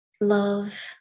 love